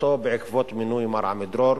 התפטרותו בעקבות מינוי מר עמידרור.